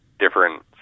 Different